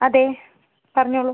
അതെ പറഞ്ഞോളൂ